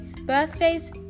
birthdays